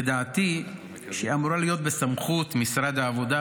ודעתי היא שהיא אמורה להיות בסמכות משרד העבודה,